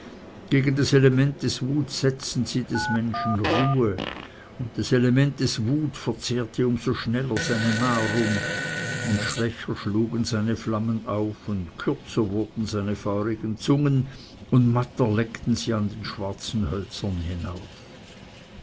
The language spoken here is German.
gegen des elementes wut setzten sie des menschen ruhe und des elementes wut verzehrte um so schneller seine nahrung und schwächer schlugen seine flammen auf und kürzer wurden seine feurigen zungen und matter leckten sie an den schwarzen hölzern hinauf